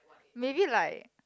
maybe like